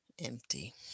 empty